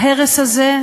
ההרס הזה,